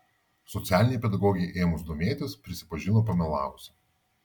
socialinei pedagogei ėmus domėtis prisipažino pamelavusi